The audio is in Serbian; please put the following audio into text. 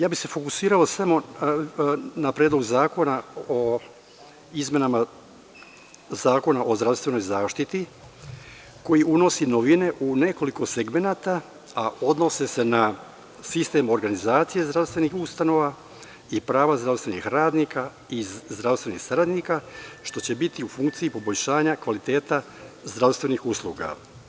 Ja bi se fokusirao samo na Predlog zakona o izmenama Zakona o zdravstvenoj zaštiti, koji unosi novine u nekoliko segmenata, a odnose se na sistem organizacije zdravstvenih ustanova i prava zdravstvenih radnika i zdravstvenih saradnika, što će biti u funkciji poboljšanja kvaliteta zdravstvenih usluga.